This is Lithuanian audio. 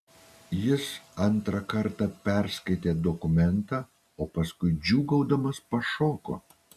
jis antrą kartą perskaitė dokumentą o paskui džiūgaudamas pašoko